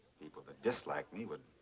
people that disliked me would.